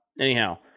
Anyhow